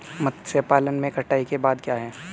मत्स्य पालन में कटाई के बाद क्या है?